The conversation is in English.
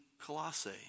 Colossae